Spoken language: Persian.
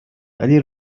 ولی